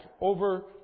Over